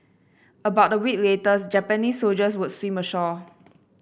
about a week later Japanese soldiers would swim ashore